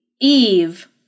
Eve